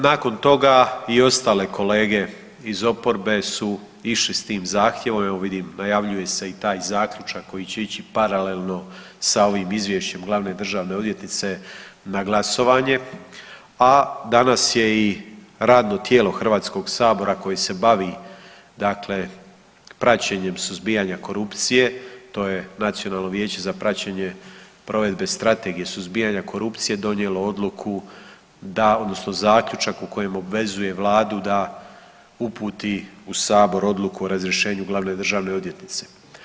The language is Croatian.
Nakon toga i ostale kolege iz oporbe su išli s tim zahtjevom, evo vidim najavljuje se i taj zaključak koji će ići paralelno sa ovim izvješćem glavne državne odvjetnice na glasovanje, a danas je i radno tijelo HS-a koje se bavi praćenjem suzbijanja korupcije, to je Nacionalno vijeće za praćenje provedbe Strategije suzbijanja korupcije donijelo odluku odnosno zaključak u kojem obvezuje Vladu da uputi u Sabor odluku o razrješenju glavne državne odvjetnice.